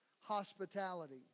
hospitality